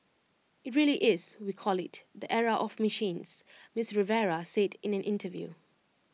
IT really is we call IT the era of machines miss Rivera said in an interview